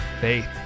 Faith